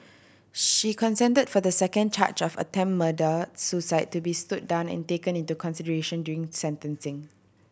she consented for the second charge of attempted suicide to be stood down and taken into consideration during sentencing